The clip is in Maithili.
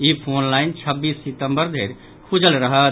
ई फोनलाइन छब्बीस सितम्बर धरि खुजल रहत